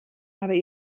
aber